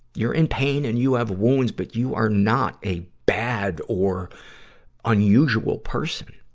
you're in pain and you have wounds, but you are not a bad or unusual person.